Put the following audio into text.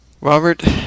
Robert